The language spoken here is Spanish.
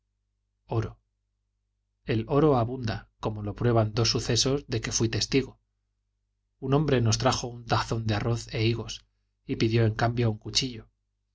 el oro abunda como lo prueban dos sucesos de que fui testigo un hombre nos trajo un tazón de arroz e higos y pidió en cambio un cuchillo